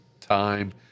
time